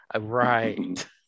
Right